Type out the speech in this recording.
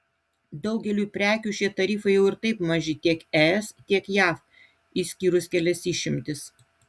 daugeliui prekių šie tarifai jau ir taip maži tiek es tiek jav išskyrus kelias išimtis